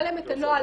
להן את הנוהל,